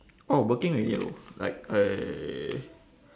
orh working already loh like I